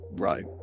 right